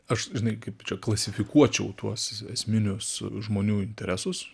aš žinai kaip čia klasifikuočiau tuos esminius žmonių interesus